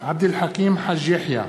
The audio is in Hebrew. עבד אל חכים חאג' יחיא,